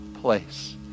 place